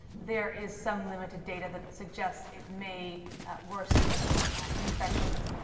there is some limited data that suggests it may worsen infections.